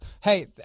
hey